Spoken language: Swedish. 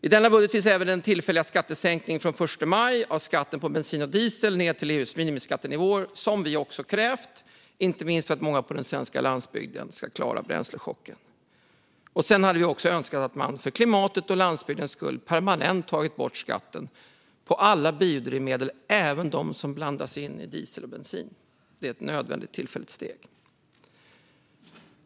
I denna budget finns även förslag om en tillfällig skattesänkning från den 1 maj av skatten på bensin och diesel ned till EU:s minimiskattenivåer, som vi också har krävt - inte minst för att många på den svenska landsbygden ska klara bränslechocken. Sedan hade vi också önskat att man för klimatets och landsbygdens skull permanent tagit bort skatten på alla biodrivmedel, även de som blandas in i diesel och bensin. Det är ett nödvändigt tillfälligt steg.